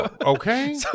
Okay